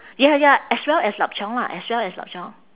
ya ya as well as lup cheong ah as well as lup cheong